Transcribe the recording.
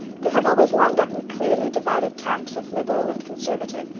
they have always lined up in clearly divided camps of liberal and conservative,